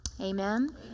Amen